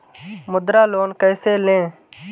मुद्रा लोन कैसे ले?